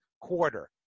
quarter